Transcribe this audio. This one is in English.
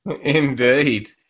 Indeed